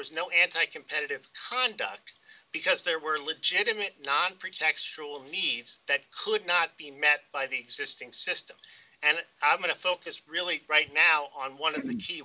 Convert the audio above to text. was no anti competitive conduct because there were legitimate non pretextual needs that could not be met by the existing system and i'm going to focus really right now on one of the g